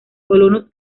colonos